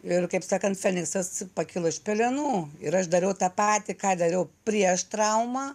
ir kaip sakant feniksas pakilo iš pelenų ir aš dariau tą patį ką dariau prieš traumą